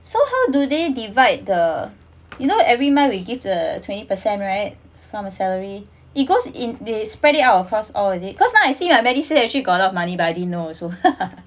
so how do they divide the you know every month we give the twenty percent right from a salary it goes in they spread it out across all is it cause now I see my medisave got a lot of money but I didn't knows also